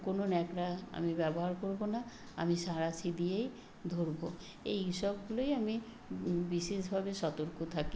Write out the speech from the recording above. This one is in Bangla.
কোনও ন্যাকড়া আমি ব্যবহার করবো না আমি সাঁড়াশি দিয়েই ধরবো এই সবগুলোই আমি বিশেষভাবে সতর্ক থাকি